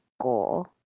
goal